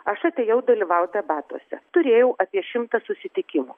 aš atėjau dalyvaut debatuose turėjau apie šimtą susitikimų